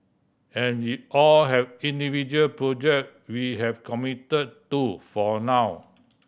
and we all have individual project we have committed to for now